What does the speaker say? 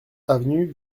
avenue